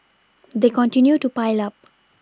they continue to pile up